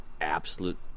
absolute